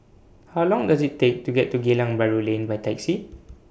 How Long Does IT Take to get to Geylang Bahru Lane By Taxi